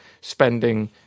spending